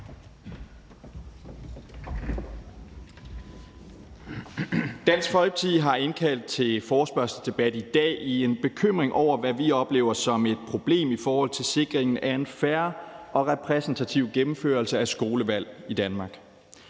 Dansk Folkeparti har indkaldt til en forespørgselsdebat i dag i en bekymring over, hvad vi oplever som et problem i forhold til sikringen af en fair og repræsentativ gennemførelse af skolevalg i Danmark.